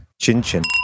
Chin-chin